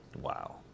Wow